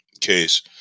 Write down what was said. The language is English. case